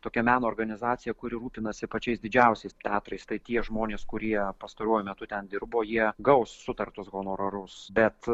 tokia meno organizacija kuri rūpinasi pačiais didžiausiais teatrais tai tie žmonės kurie pastaruoju metu ten dirbo jie gaus sutartus honorarus bet